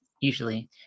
usually